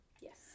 Yes